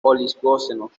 oligoceno